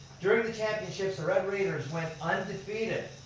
during the championships the red raiders went undefeated.